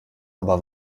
aber